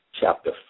chapter